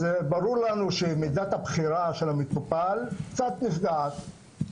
אז ברור לנו שמידת הבחירה של המטופל קצת נפגעת,